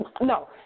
No